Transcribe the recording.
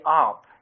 up